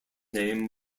name